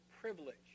privilege